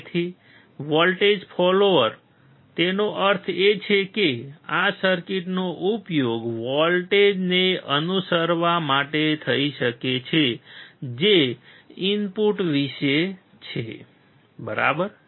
તેથી voltage follower તેનો અર્થ એ છે કે આ સર્કિટનો ઉપયોગ વોલ્ટેજને અનુસરવા માટે થઈ શકે છે જે ઇનપુટ વિશે છે બરાબર